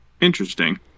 interesting